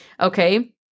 Okay